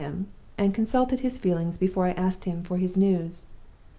and consulted his feelings before i asked him for his news.